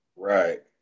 Right